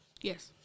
Yes